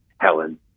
Helen